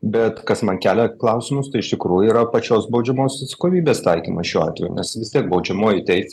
bet kas man kelia klausimus tai iš tikrųjų yra pačios baudžiamosios atsakomybės taikymas šiuo atveju nes vis tiek baudžiamoji teisė